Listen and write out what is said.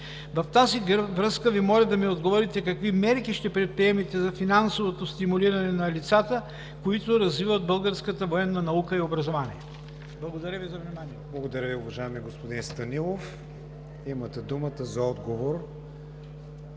В тази връзка моля да ми отговорите: какви мерки ще предприемете за финансовото стимулиране на лицата, които развиват българската военна наука и образование? Благодаря Ви за вниманието. ПРЕДСЕДАТЕЛ КРИСТИАН ВИГЕНИН: Благодаря Ви, уважаеми господин Станилов. Имате думата за отговор,